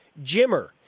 Jimmer